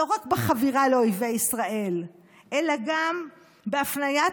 לא רק בחבירה לאויבי ישראל אלא גם בהפניית